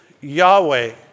Yahweh